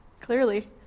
clearly